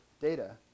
data